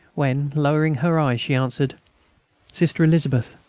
when, lowering her eyes, she answered sister elizabeth